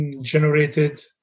generated